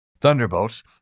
Thunderbolts